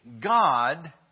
God